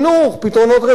פתרונות רווחה.